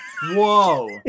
whoa